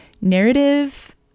narrative